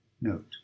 Note